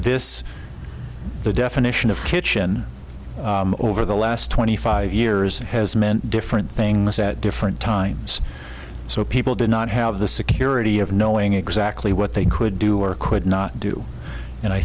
this the definition of kitchen over the last twenty five years has meant different things at different times so people did not have the security of knowing exactly what they could do or could not do and i